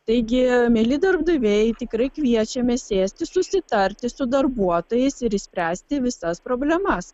taigi mieli darbdaviai tikrai kviečiame sėsti susitarti su darbuotojais ir išspręsti visas problemas